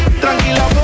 Tranquila